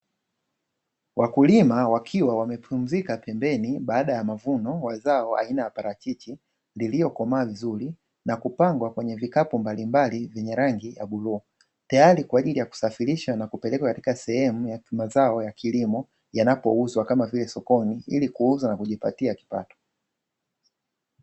Wakulima wakiwa wame pumzika pembeni, baada ya mavuno ya zao aina ya parachichi lililokomaa vizuri na kupangwa kwenye vikapu mbalimbali vyenye rangi ya bluu, tayari kwa ajili ya kusafirishwa na kupelekwa katika sehemu ya mazao ya kilimo yanakouzwa kama vile sokoni ili kuuza na kujipatia kipato.